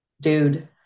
dude